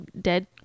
dead